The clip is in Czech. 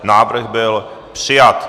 Návrh byl přijat.